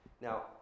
Now